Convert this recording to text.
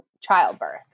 childbirth